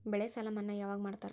ಬೆಳೆ ಸಾಲ ಮನ್ನಾ ಯಾವಾಗ್ ಮಾಡ್ತಾರಾ?